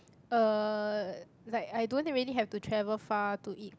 uh like I don't really have to travel far to eat